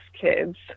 kids